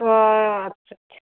اَدٕ سا